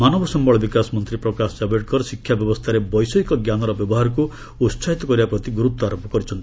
ମାନବ ସମ୍ଭଳ ବିକାଶ ମନ୍ତ୍ରୀ ପ୍ରକାଶ ଜାଭେଡକର ଶିକ୍ଷା ବ୍ୟବସ୍ଥାରେ ବୈଷୟିକ ଜ୍ଞାନର ବ୍ୟବହାରକୁ ଉତ୍କାହିତ କରିବା ପ୍ରତି ଗୁରୁତ୍ୱାରୋପ କରିଛନ୍ତି